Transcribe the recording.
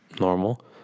normal